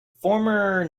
former